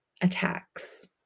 attacks